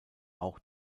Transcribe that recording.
auch